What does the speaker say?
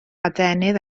adenydd